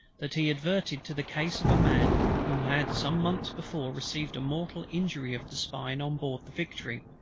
that he adverted to the case of a man who had some months before received a mortal injury of the spine on board the victory,